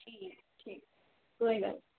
ਠੀਕ ਠੀਕ ਕੋਈ ਗੱਲ